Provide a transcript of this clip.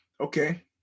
Okay